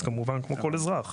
אז כמובן כמו כל אזרח.